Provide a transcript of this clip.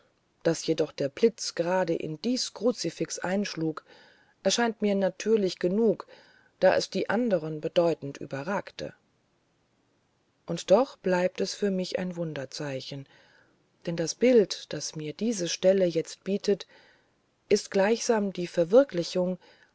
daß jedoch der blitz gerade in dies kruzifix einschlug erscheint mir natürlich genug da es die anderen bedeutend überragte und doch bleibt es für mich ein wunderzeichen denn das bild das mir diese stelle jetzt bietet ist gleichsam die verwirklichung